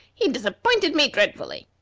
he disappointed me dreadfully.